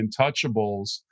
Untouchables